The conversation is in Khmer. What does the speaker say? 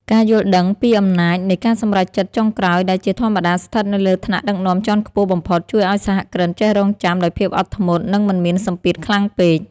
ការយល់ដឹងពីអំណាចនៃការសម្រេចចិត្តចុងក្រោយដែលជាធម្មតាស្ថិតនៅលើថ្នាក់ដឹកនាំជាន់ខ្ពស់បំផុត ជួយឱ្យសហគ្រិនចេះរង់ចាំដោយភាពអត់ធ្មត់ និងមិនមានសម្ពាធខ្លាំងពេក។